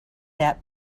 that